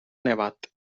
nevat